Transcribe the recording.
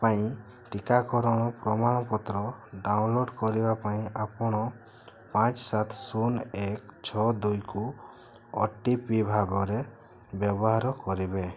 ପାଇଁ ଟୀକାକରଣ ପ୍ରମାଣ ପତ୍ର ଡ଼ାଉନଲୋଡ଼୍ କରିବା ପାଇଁ ଆପଣ ପାଞ୍ଚ ସାତ ଶୂନ ଏକ ଛଅ ଦୁଇକୁ ଓ ଟି ପି ଭାବରେ ବ୍ୟବହାର କରିବେ